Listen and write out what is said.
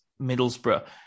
Middlesbrough